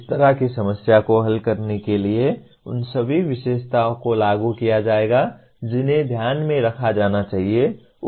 इस तरह की समस्या को हल करने के लिए उन सभी विशेषताओं को लागू किया जाएगा जिन्हें ध्यान में रखा जाना चाहिए